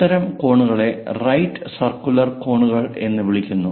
അത്തരം കോണുകളെ right circular കോണുകൾ എന്ന് വിളിക്കുന്നു